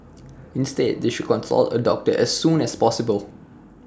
instead they should consult A doctor as soon as possible